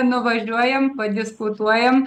nuvažiuojam padiskutuojam